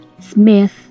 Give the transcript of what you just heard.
Smith